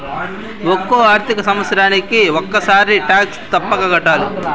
ఒక్కో ఆర్థిక సంవత్సరానికి ఒక్కసారి టాక్స్ తప్పక కట్టాలి